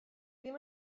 ddim